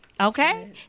Okay